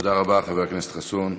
תודה רבה, חבר הכנסת חסון.